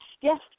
Yes